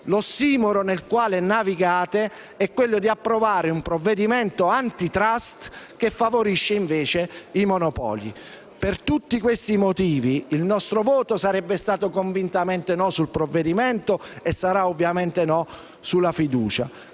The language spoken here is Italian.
L'ossimoro nel quale navigate è quello di approvare un provvedimento *antitrust* che favorisce invece i monopoli. Per tutti questi motivi, il nostro voto sarebbe stato convintamente contrario sul provvedimento e sarà ovviamente contrario sulla fiducia.